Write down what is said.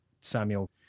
Samuel